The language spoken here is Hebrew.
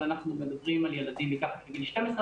אבל אנחנו מדברים על ילדים מתחת לגיל 12.